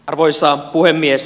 arvoisa puhemies